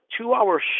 two-hour